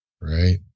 right